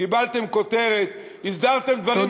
קיבלתם כותרת, תודה.